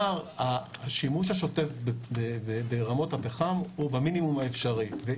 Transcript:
השימוש השוטף ברמות הפחם הוא במינימום האפשרי,